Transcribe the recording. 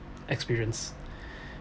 experience